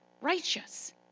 righteous